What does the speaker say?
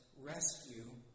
rescue